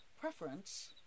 preference